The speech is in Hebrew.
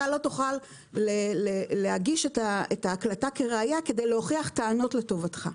אתה לא תוכל להגיש את ההקלטה כראיה כדי להוכיח טענות לטובתך.